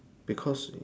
because it